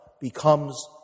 becomes